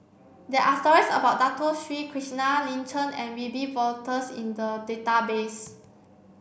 there are stories about Dato Sri Krishna Lin Chen and Wiebe Wolters in the database